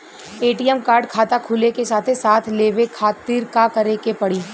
ATM card खाता खुले के साथे साथ लेवे खातिर का करे के पड़ी?